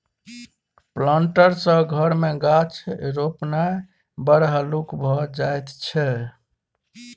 planter सँ घर मे गाछ रोपणाय बड़ हल्लुक भए जाइत छै